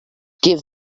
give